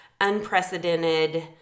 unprecedented